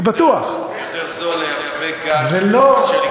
אתה יודע שיותר זול לייבא גז מאשר לקנות מ"גזפרום"?